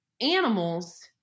animals